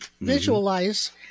visualize